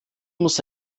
muss